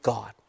God